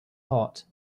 heart